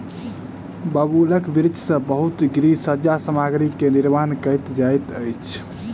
बबूलक वृक्ष सॅ बहुत गृह सज्जा सामग्री के निर्माण कयल जाइत अछि